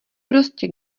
prostě